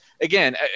again